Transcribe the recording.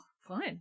fine